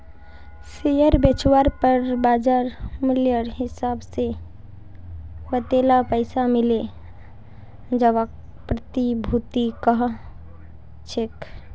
share बेचवार पर बाज़ार मूल्येर हिसाब से वतेला पैसा मिले जवाक प्रतिभूति कह छेक